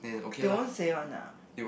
they won't say one lah